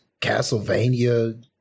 Castlevania